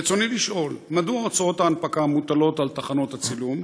רצוני לשאול: 1. מדוע הוצאות ההנפקה מוטלות על תחנות הצילום?